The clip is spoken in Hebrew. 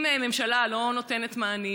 אם הממשלה לא נותנת מענים,